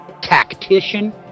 tactician